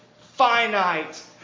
finite